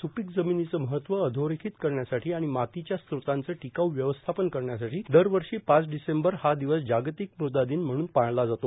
speak जमिनीचं महत्त्व अधोरेखित करण्यासाठी आणि मातीच्या स्त्रोतांचं टिकाऊ व्यवस्थापन करण्यासाठी दरवर्षी पाच डिसेंबर हा दिवस जागतिक मृदा दिन म्हणून पाळला जातो